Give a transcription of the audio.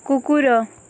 କୁକୁର